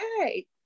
okay